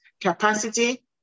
capacity